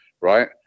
right